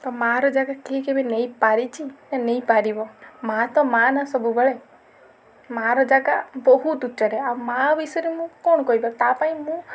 ତ ମାଆର ଜାଗା କେହି କେବେ ନେଇପାରିଛି ନା ନେଇପାରିବ ମାଆ ତ ମାଆ ନା ସବୁବେଳେ ମାଆର ଜାଗା ବହୁତ ଉଚ୍ଚରେ ଆଉ ମାଆ ବିଷୟରେ ମୁଁ କ'ଣ କହିବି ତା'ପାଇଁ ମୁଁ